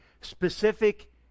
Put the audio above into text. specific